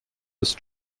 ist